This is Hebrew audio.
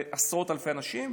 זה עשרות אלפי אנשים,